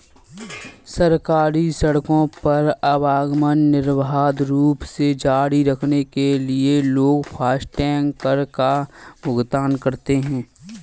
सरकारी सड़कों पर आवागमन निर्बाध रूप से जारी रखने के लिए लोग फास्टैग कर का भुगतान करते हैं